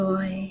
Joy